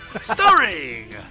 Starring